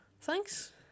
thanks